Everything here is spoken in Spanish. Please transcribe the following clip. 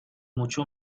mucho